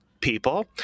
people